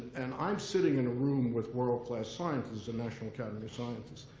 and i'm sitting in a room with world class scientists, the national academy of sciences.